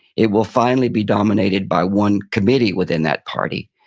it will finally be dominated by one committee within that party,